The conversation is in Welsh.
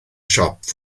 siop